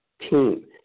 TEAM